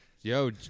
Yo